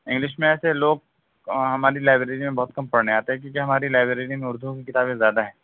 English میں ایسے لوگ ہماری لائبریری میں بہت کم پڑھنے آتے ہیں کیوں کہ ہماری لائبریری میں اُردو کی کتابیں زیادہ ہیں